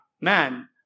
man